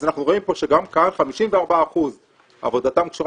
אז אנחנו רואים פה שגם כאן 54% עבודתם קשורה